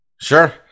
sure